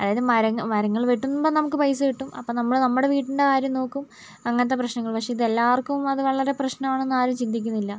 അതായത് മരങ്ങൾ മരങ്ങള് വെട്ടും മുൻപേ നമുക്ക് പൈസ കിട്ടും അപ്പം നമ്മള് നമ്മളെ വീട്ടിൻ്റെ കാര്യം നോക്കും അങ്ങനത്തെ പ്രശ്നങ്ങള് പക്ഷേ ഇതെല്ലാർക്കും അത് വളരെ പ്രശ്നാണെന്ന് ആരും ചിന്തിക്കുന്നില്ല